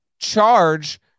charge